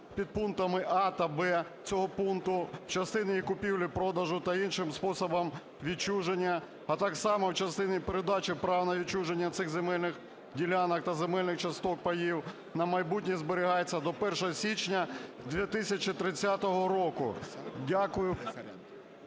підпунктами "а" та "б" цього пункту, в частині їх купівлі-продажу та іншим способом відчуження, а так само в частині передачі прав на відчуження цих земельних ділянок та земельних часток (паїв) на майбутнє зберігається до 1 січня 2030 року". Дякую.